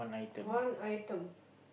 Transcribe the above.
one item